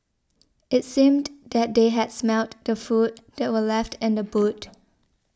it seemed that they had smelt the food that were left in the boot